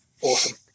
Awesome